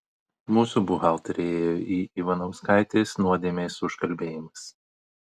mūsų buhalterė ėjo į ivanauskaitės nuodėmės užkalbėjimas